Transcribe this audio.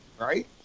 Right